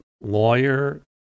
lawyer